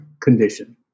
condition